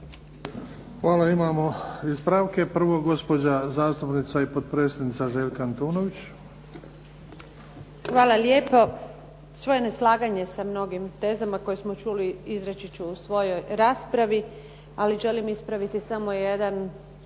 Hvala. Imamo ispravke. Prvo gospođa zastupnica i potpredsjednica Željka Antunović. **Antunović, Željka (SDP)** Hvala lijepo. Svoje neslaganje sa mnogim tezama koje smo čuli izreći ću u svojoj raspravi, ali želim ispraviti samo jedan